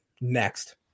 next